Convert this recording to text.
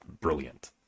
brilliant